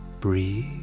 breathe